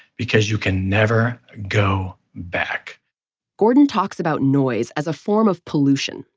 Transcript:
because you can never go back gordon talks about noise as a form of pollution.